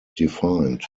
defined